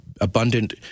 abundant